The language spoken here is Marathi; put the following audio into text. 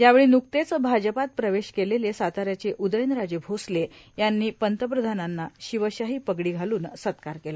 यावेळी बुक्तेच भाजपात प्रवेश केलेले साताऱ्याचे उदयव राजे भोसले यांनी पंतप्रधाबांना शिवशाही पगडी घालून सत्कार केला